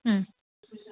हा